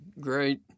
great